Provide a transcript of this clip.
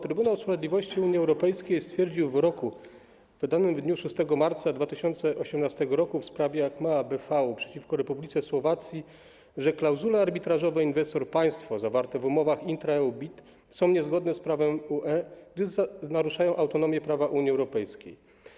Trybunał Sprawiedliwości Unii Europejskiej stwierdził w wyroku wydanym w dniu 6 marca 2018 r. w sprawie Achmea BV przeciwko Republice Słowacji, że klauzule arbitrażowe inwestor - państwo zawarte w umowach intra-EU BIT są niezgodne z prawem UE, gdyż naruszają autonomię prawa Unii Europejskiej.